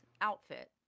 outfit